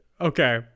okay